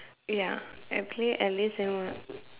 ya I'll play Alice in won~